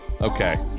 Okay